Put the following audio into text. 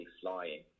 flying